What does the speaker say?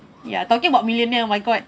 ya talking about millionaire oh my god